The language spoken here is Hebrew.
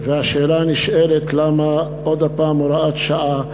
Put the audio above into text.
והשאלה הנשאלת, למה עוד הפעם הוראת שעה?